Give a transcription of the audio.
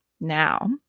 Now